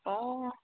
ꯑꯣ